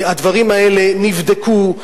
הדברים האלה נבדקו,